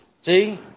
See